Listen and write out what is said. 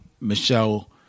Michelle